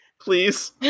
Please